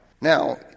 Now